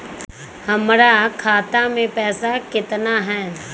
हमर खाता मे पैसा केतना है?